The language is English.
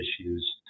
issues